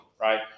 right